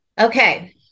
Okay